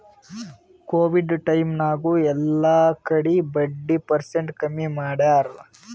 Covid time ನಾಗ್ ಎಲ್ಲಾ ಕಡಿ ಬಡ್ಡಿ ಪರ್ಸೆಂಟ್ ಕಮ್ಮಿ ಮಾಡ್ಯಾರ್